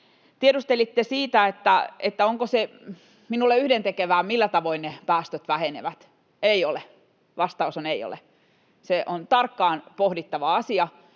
tiedustelitte siitä, onko minulle yhdentekevää, millä tavoin ne päästöt vähenevät. Ei ole. Vastaus on: Ei ole. Se on tarkkaan pohdittava asia,